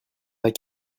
pas